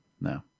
No